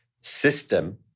system